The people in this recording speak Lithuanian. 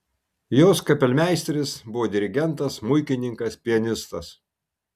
jos kapelmeisteris buvo dirigentas smuikininkas pianistas